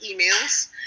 emails